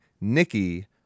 Nikki